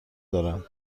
دارن